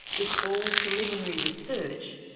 it's all preliminary research,